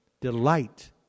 Delight